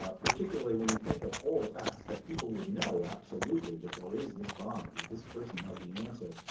ah particularly when you think of all the facts that people would know absolutely that there is this bomb and that this person has the answer,